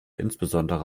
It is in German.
insbesondere